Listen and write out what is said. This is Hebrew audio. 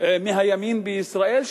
מהימין בישראל,